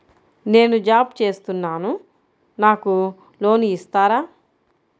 నేను జాబ్ చేస్తున్నాను నాకు లోన్ ఇస్తారా?